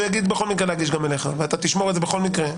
אז שיגיש גם אליך ואתה תשמור את זה בכל מקרה.